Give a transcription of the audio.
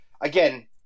Again